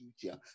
future